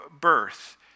birth